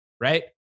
right